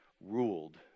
ruled